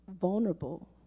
vulnerable